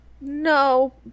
No